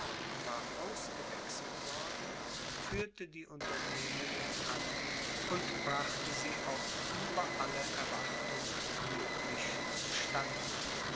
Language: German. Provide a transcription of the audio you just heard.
ausgewechselt worden führte die unternehmung an und brachte sie auch über alle erwartung glücklich zu